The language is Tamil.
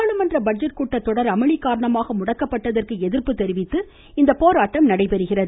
நாடாளுமன்ற பட்ஜெட் கூட்டத்தொடர் அமளி காரணமாக முடக்கப்பட்டதற்கு எதிர்ப்பு தெரிவித்து இந்த உண்ணாவிரதப் போராட்டம் நடைபெறுகிறது